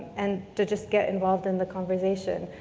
and to just get involved in the conversation.